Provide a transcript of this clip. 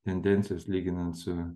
tendencijos lyginant su